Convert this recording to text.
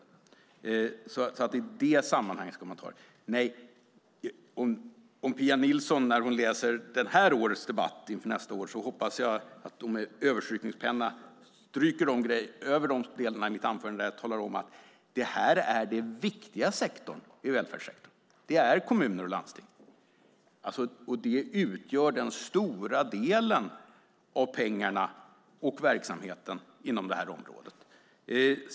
Frågorna ska ses i det sammanhanget. När Pia Nilsson läser det här årets debatt inför nästa års debatt hoppas jag att hon använder en överstrykningspenna och stryker för de stycken i mitt anförande där jag talar om att kommuner och landsting är den viktiga delen i välfärdssektorn. Den utgör den stora delen av pengarna och verksamheten inom området.